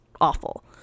awful